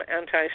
anti